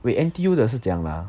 wait N_T_U 的是怎样 ah